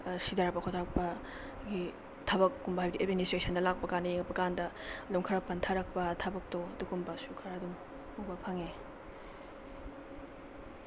ꯁꯤꯗꯔꯛꯄ ꯈꯣꯗꯔꯛꯄꯒꯤ ꯊꯕꯛꯀꯨꯝꯕ ꯍꯥꯏꯗꯤ ꯑꯦꯠꯃꯤꯅꯤꯁꯇ꯭ꯔꯦꯁꯟꯗ ꯂꯥꯛꯄꯀꯥꯟꯗ ꯌꯦꯡꯉꯛꯄꯀꯥꯟꯗ ꯑꯗꯨꯝ ꯈꯔ ꯄꯟꯊꯔꯛꯄ ꯊꯕꯛꯇꯣ ꯑꯗꯨꯒꯨꯝꯕꯁꯨ ꯈꯔ ꯑꯗꯨꯝ ꯎꯕ ꯐꯪꯉꯦ